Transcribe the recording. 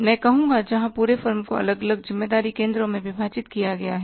मैं कहूँगा जहां पूरे फर्म को अलग अलग ज़िम्मेदारी केंद्रों में विभाजित किया गया है